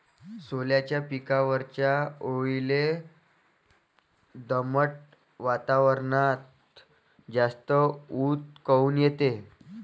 सोल्याच्या पिकावरच्या अळीले दमट वातावरनात जास्त ऊत काऊन येते?